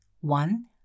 One